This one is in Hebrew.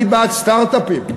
אני בעד סטרט-אפים.